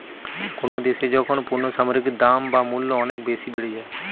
কোনো দ্যাশে যখন পণ্য সামগ্রীর দাম বা মূল্য অনেক বেশি বেড়ে যায়